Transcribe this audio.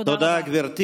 תודה רבה.